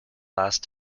last